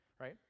right